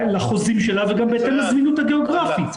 לחוזים שלה וגם בהתאם לזמינות הגיאוגרפית.